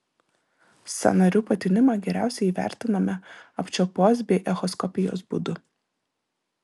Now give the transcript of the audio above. sąnarių patinimą geriausiai įvertiname apčiuopos bei echoskopijos būdu